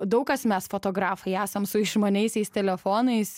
daug kas mes fotografai esam su išmaniaisiais telefonais